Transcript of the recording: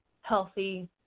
healthy